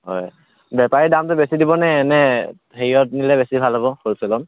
হয় বেপাৰীয়ে দামটো বেছি দিবনে নে এনেই হেৰিত দিলে বেছি ভাল হ'ব হ'লচেলত